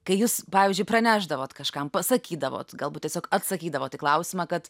kai jūs pavyzdžiui pranešdavot kažkam pasakydavot galbūt tiesiog atsakydavot į klausimą kad